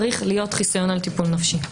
צריך להיות חיסיון על טיפול נפשי.